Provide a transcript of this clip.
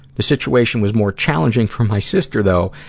the situation was more challenging for my sister, though,